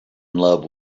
love